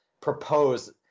propose –